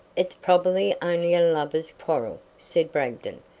it's probably only a lovers' quarrel, said bragdon.